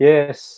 Yes